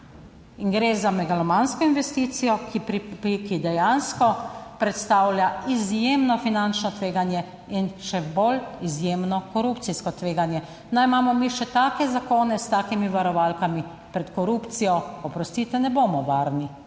in gre za megalomansko investicijo, ki dejansko predstavlja izjemno finančno tveganje in še bolj izjemno korupcijsko tveganje. Naj imamo mi še take zakone s takimi varovalkami, pred korupcijo, oprostite, ne bomo varni